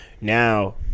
Now